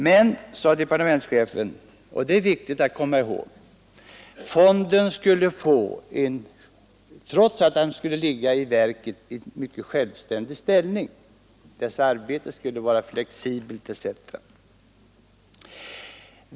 Men departementschefen sade också — och det är det viktigt att komma ihåg — att fonden skulle få en mycket självständig ställning, att dess arbete skulle vara flexibelt etc.